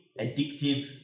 addictive